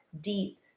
deep